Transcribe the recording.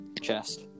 chest